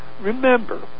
Remember